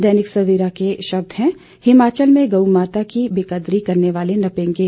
दैनिक सवेरा के शब्द हैं हिमाचल में गऊ माता की बेकदरी करने वाले नपेंगे